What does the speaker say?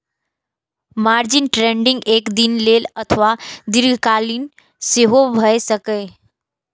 margin trading एक दिन लेल अथवा दीर्घकालीन सेहो भए सकैए